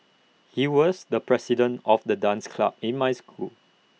he was the president of the dance club in my school